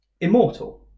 immortal